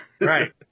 Right